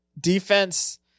Defense